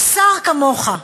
ששר כמוך,